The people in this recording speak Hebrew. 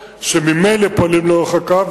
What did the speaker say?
1. האם חיילי צה"ל מתאמנים סמוך לשכונת ברכפלד?